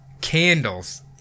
Candles